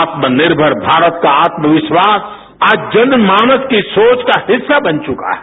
आत्मनिर्मर भारत का आत्मविश्वास आज जन मानस की सोच का हिस्सा बन चुका है